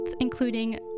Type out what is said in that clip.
including